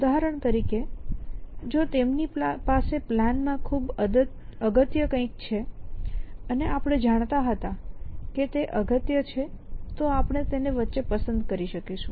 ઉદાહરણ તરીકે જો તેમની પાસે પ્લાનમાં ખૂબ અગત્ય કંઈક છે અને આપણે જાણતા હતા કે તે અગત્ય છે તો આપણે તેને વચ્ચે પસંદ કરી શકીશું